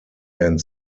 end